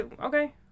okay